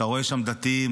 אתה רואה שם דתיים,